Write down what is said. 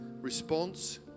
response